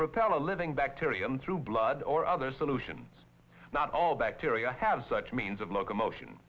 propel a living bacterium through blood or other solutions not all bacteria have such means of locomotion